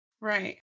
Right